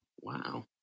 wow